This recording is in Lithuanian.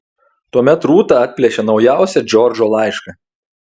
tuomet rūta atplėšė naujausią džordžo laišką